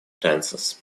tenses